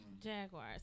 Jaguars